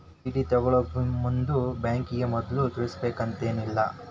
DD ತಗ್ಸ್ಕೊಳೊಮುಂದ್ ಬ್ಯಾಂಕಿಗೆ ಮದ್ಲ ತಿಳಿಸಿರ್ಬೆಕಂತೇನಿಲ್ಲಾ